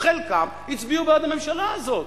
חלקם הצביעו בעד הממשלה הזאת,